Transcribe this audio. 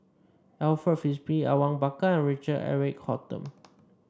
Alfred Frisby Awang Bakar and Richard Eric Holttum